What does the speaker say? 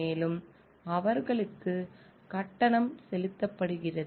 மேலும் அவர்களுக்கு கட்டணம் செலுத்தப்படுகிறது